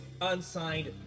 unsigned